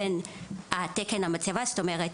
בין תקן המצבה - זאת אומרת,